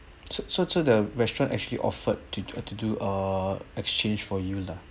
so so the restaurant actually offered t~ to do to do uh exchange for you lah